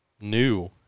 new